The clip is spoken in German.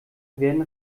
werden